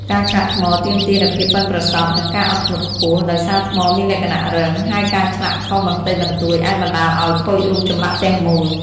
ការឆ្លាក់ថ្មទាមទារនូវភាពប៉ិនប្រសប់ និងការអត់ធ្មត់ខ្ពស់ ដោយសារថ្មមានលក្ខណៈរឹង ហើយការឆ្លាក់ខុសបន្តិចបន្តួចអាចបណ្ដាលឱ្យខូចរូបចម្លាក់ទាំងមូល។